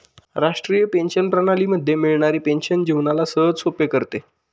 राष्ट्रीय पेंशन प्रणाली मध्ये मिळणारी पेन्शन जीवनाला सहजसोपे करते